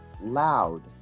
loud